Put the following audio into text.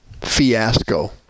fiasco